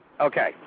Okay